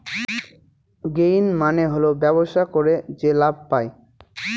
gain মানে হল ব্যবসা করে যে লাভ পায়